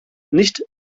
nicht